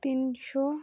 তিনশো